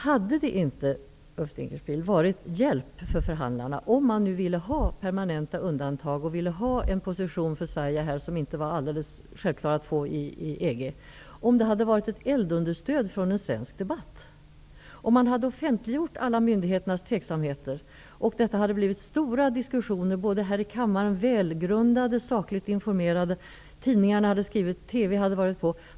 Hade det inte, Ulf Dinkelspiel, varit till hjälp för förhandlarna -- om man nu ville ha permanenta undantag och en position för Sverige som inte var alldeles självklar att man skulle få i EG -- om man hade haft ett eldunderstöd från en svensk debatt, om man hade offentliggjort alla myndigheters tveksamheter, om det hade blivit stora, välgrundade diskussioner här i kammaren, om tidningarna hade skrivit och TV hade rapporterat?